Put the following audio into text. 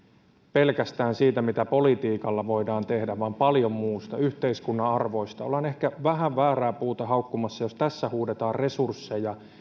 pelkästään siitä mitä politiikalla voidaan tehdä vaan paljon muusta yhteiskunnan arvoista ollaan ehkä vähän väärää puuta haukkumassa jos tässä huudetaan resursseja